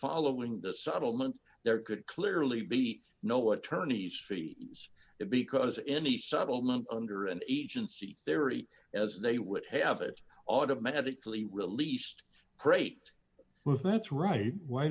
following the settlement there could clearly be no attorney's fees it because any settlement under an agency theory as they would have it automatically released crate that's right why